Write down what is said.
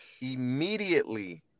immediately